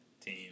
team